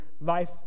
life